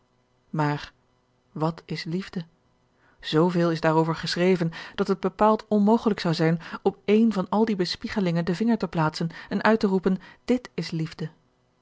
maar wat is liefde zveel is daarover geschreven dat het bepaald onmogelijk zou zijn op ééne van al die bespiegelingen den vinger te plaatsen en uit te roepen dit is liefde